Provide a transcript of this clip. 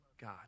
God